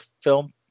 film